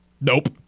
Nope